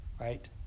right